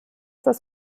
das